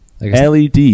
LED